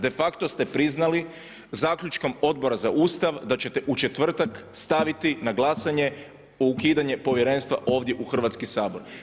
De facto ste priznali zaključkom Odbora za Ustav da ćete u četvrtak staviti na glasanje ukidanje Povjerenstva ovdje u Hrvatski sabor.